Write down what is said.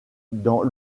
dans